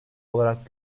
olarak